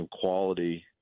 quality